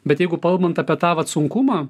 bet jeigu kalbant apie tą vat sunkumą